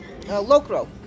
locro